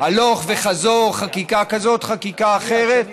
הלוך וחזור, חקיקה כזאת, חקיקה אחרת.